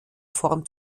form